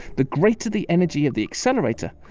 the greater the energy of the accelerator,